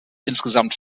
insgesamt